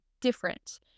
different